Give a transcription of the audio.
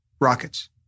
Rockets